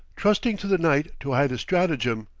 trusting to the night to hide his stratagem,